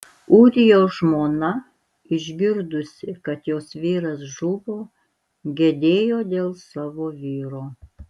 ūrijos žmona išgirdusi kad jos vyras žuvo gedėjo dėl savo vyro